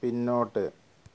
പിന്നോട്ട്